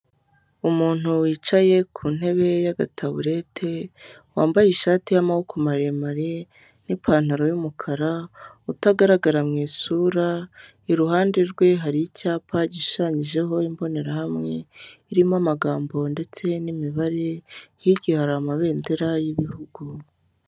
Umuntu wicaye ku ntebe y'agataburete, wambaye ishati y'amaboko maremare n'ipantaro y'umukara, utagaragara mu isura, iruhande rwe hari icyapa gishushanyijeho imbonerahamwe irimo amagambo ndetse n'imibare, hirya hari amabendera y'ibihugu.